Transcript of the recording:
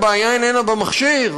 הבעיה איננה במכשיר,